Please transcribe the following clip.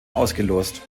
ausgelost